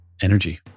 Energy